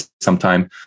sometime